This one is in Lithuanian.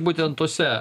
būtent tose